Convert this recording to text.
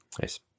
Nice